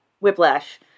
whiplash